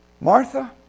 Martha